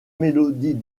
mélodies